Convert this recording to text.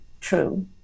true